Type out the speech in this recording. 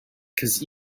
cause